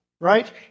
Right